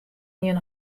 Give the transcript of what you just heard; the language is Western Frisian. ien